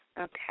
Okay